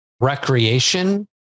recreation